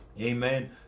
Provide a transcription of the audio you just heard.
Amen